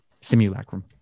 Simulacrum